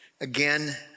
again